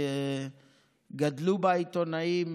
וגדלו בה עיתונאים,